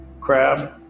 Crab